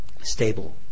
stable